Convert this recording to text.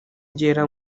byera